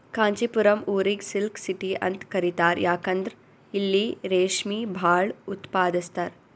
ಕಾಂಚಿಪುರಂ ಊರಿಗ್ silk city ಅಂತ್ ಕರಿತಾರ್ ಯಾಕಂದ್ರ್ ಇಲ್ಲಿ ರೇಶ್ಮಿ ಭಾಳ್ ಉತ್ಪಾದಸ್ತರ್